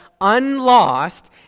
unlost